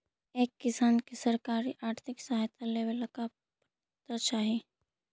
एक किसान के सरकारी आर्थिक सहायता लेवेला का पात्रता चाही?